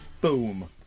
Boom